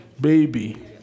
baby